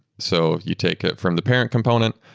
so you take it from the parent component,